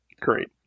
Great